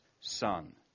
son